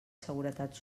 seguretat